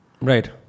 Right